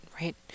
right